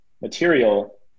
material